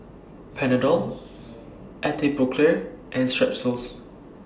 Panadol Atopiclair and Strepsils